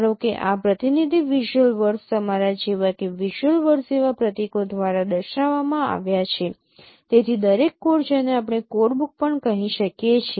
ધારો કે આ પ્રતિનિધિ વિઝ્યુઅલ વર્ડસ તમારા જેવા કે વિઝ્યુઅલ વર્ડસ જેવા પ્રતીકો દ્વારા દર્શાવવામાં આવ્યા છે તેથી દરેક કોડ જેને આપણે કોડબુક પણ કહી શકીએ છીએ